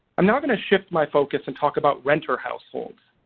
i'm now going to shift my focus and talk about renter households.